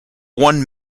won